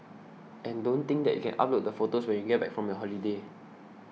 and don't think that you can upload the photos when you get back from your holiday